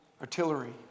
artillery